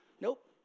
nope